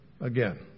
again